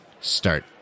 start